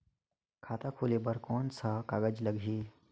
खाता खुले बार कोन कोन सा कागज़ लगही?